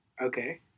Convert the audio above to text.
Okay